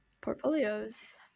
Portfolios